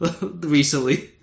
recently